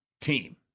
team